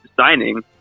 signing